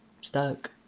stuck